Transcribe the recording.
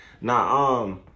Nah